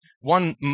one